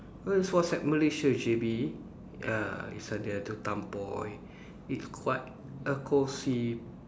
oh it was at Malaysia J_B ah it's at the Tampoi it quite a cosy